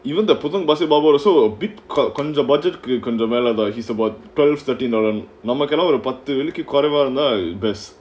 even the potong pasir power also a big crowd control budget you can develop a he's about twelve thirty northern normal cannot with a buttery liquid qualified you know best